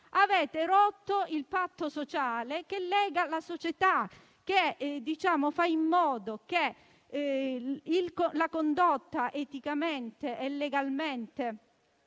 Avete rotto il patto sociale che lega la società, per cui tenere una condotta eticamente e legalmente